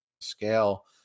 scale